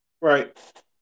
Right